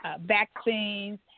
vaccines